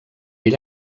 ell